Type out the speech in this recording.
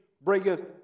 bringeth